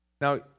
now